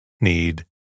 need